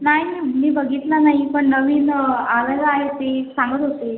नाही मी मी बघितला नाही पण नवीन आलेला आहे ती सांगत होती